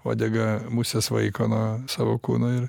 uodega muses vaiko nuo savo kūno ir